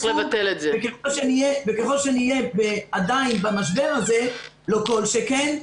ככל שנהיה עדיין במשבר הזה לא כל שכן.